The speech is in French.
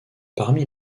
parmi